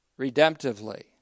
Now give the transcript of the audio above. Redemptively